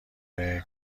کرایه